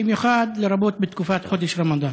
במיוחד ולרבות בחודש הרמדאן.